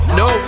no